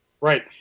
Right